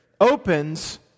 opens